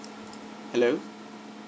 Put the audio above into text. hello